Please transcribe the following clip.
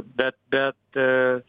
bet bet